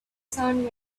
sun